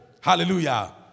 Hallelujah